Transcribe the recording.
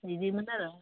बिदिमोन आरो